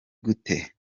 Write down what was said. gute